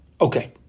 Okay